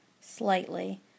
slightly